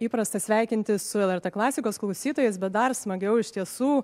įprasta sveikintis su lrt klasikos klausytojas bet dar smagiau iš tiesų